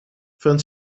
van